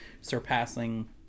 surpassing